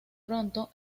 pronto